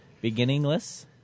beginningless